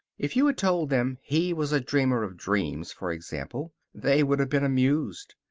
if you had told them he was a dreamer of dreams, for example, they would have been amused.